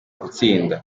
gutsinda